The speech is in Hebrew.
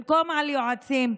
במקום על יועצים,